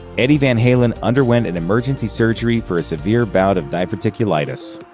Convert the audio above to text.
eddie van halen underwent an emergency surgery for a severe bout of diverticulitis.